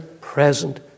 present